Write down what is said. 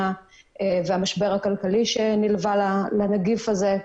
והמשבר הכלכלי שנלווה לנגיף הזה.